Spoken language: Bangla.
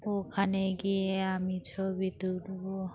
ওখানে গিয়ে আমি ছবি তুলবো